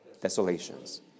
Desolations